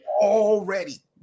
already